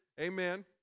amen